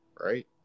right